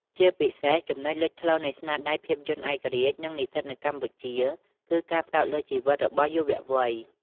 ជាពិសេស ចំណុចលេចធ្លោនៃស្នាដៃភាពយន្តឯករាជ្យ និងនិស្សិតនៅកម្ពុជា គឺ ការផ្តោតលើជីវិតរបស់យុវវ័យ។